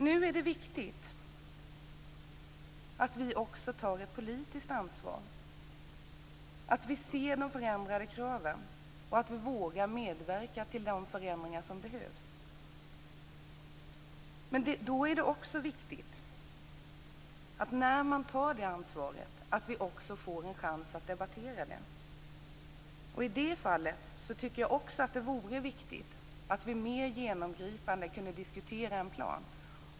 Nu är det viktigt att vi också tar ett politiskt ansvar, att vi ser de förändrade kraven och att vi vågar medverka till de förändringar som behövs. När vi tar det ansvaret är det också viktigt att vi får en chans att debattera det. I det fallet tycker jag att det vore viktigt att mer genomgripande diskutera en plan.